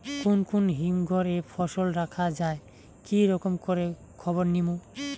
কুন কুন হিমঘর এ ফসল রাখা যায় কি রকম করে খবর নিমু?